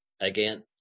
again